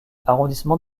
arrondissement